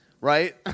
Right